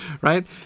right